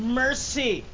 mercy